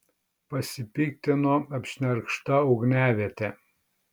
pasipiktino apšnerkšta ugniaviete